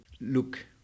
look